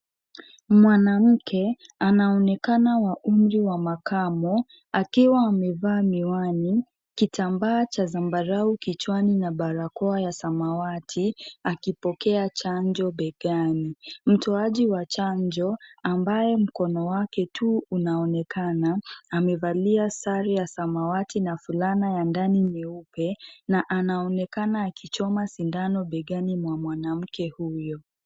Mwanamke anaonekana wa umri wa makamu akiwa amevaa miwani, kitambaa cha zabarau kichwani, na barakoa ya samawati akipokea chanjo begani. Mtoaji wa chanjo ambaye mkono wake tu unaonekana amevalia sare ya samawati na fulana ya ndani nyeupe na anaonekana akichoma sindano begani mwa mwanamke huyo.